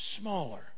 smaller